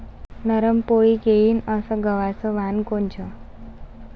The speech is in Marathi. नरम पोळी येईन अस गवाचं वान कोनचं?